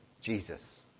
Jesus